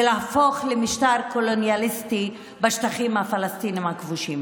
ולהפוך למשטר קולוניאליסטי בשטחים הפלסטיניים הכבושים.